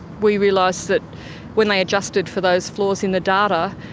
we realised that when they adjusted for those flaws in the data,